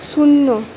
শূন্য